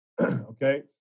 Okay